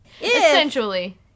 Essentially